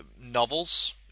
novels